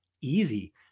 Easy